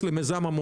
חודשיים לפני?